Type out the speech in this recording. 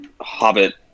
Hobbit